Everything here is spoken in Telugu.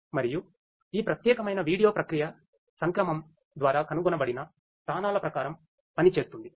మరియు ఈ ప్రత్యేకమైన వీడియో ప్రక్రియ సంక్రమం ద్వారా కనుగొనబడిన స్థానాల ప్రకారం పనిచేస్తుంది